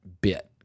bit